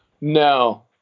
No